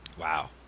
Wow